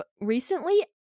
recently